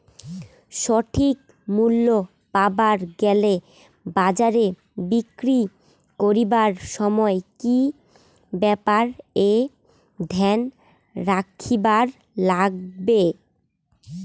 সঠিক মূল্য পাবার গেলে বাজারে বিক্রি করিবার সময় কি কি ব্যাপার এ ধ্যান রাখিবার লাগবে?